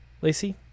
Lacey